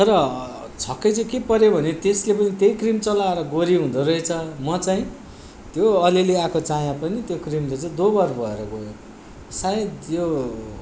तर छक्कै चाहिँ के परेँ भने त्यसले पनि त्यही क्रिम चलाएर गोरी हुँदोरहेछ म चाहिँ त्यो अलिअलि आएको चायाँ पनि त्यो क्रिमले चाहिँ दोब्बर भएर गयो सायद यो